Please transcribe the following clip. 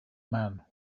man